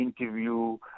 interview